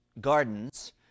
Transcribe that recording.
gardens